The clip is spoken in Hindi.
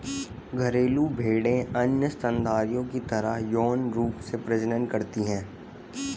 घरेलू भेड़ें अन्य स्तनधारियों की तरह यौन रूप से प्रजनन करती हैं